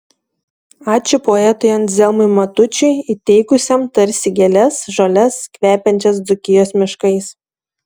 ačiū poetui anzelmui matučiui įteikusiam tarsi gėles žoles kvepiančias dzūkijos miškais